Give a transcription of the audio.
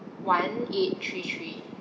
one eight three three